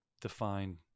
define